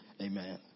Amen